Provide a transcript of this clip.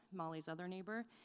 mali's other neighbor.